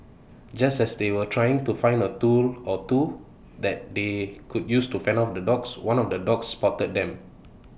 just as they were trying to find A tool or two that they could use to fend off the dogs one of the dogs spotted them